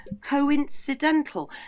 coincidental